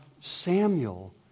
Samuel